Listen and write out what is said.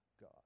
God